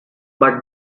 but